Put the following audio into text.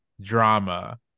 drama